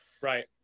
right